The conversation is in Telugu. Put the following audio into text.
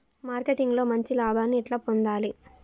మార్కెటింగ్ లో మంచి లాభాల్ని ఎట్లా పొందాలి?